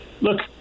look